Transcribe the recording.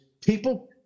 people